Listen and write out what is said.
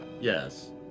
yes